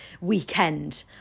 weekend